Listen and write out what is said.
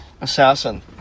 assassin